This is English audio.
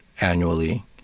annually